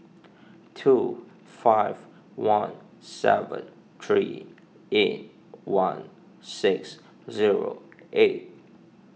two five one seven three eight one six zero eight